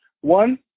one